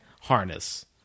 harness